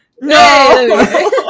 No